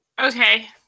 Okay